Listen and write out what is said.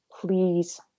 please